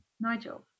Nigel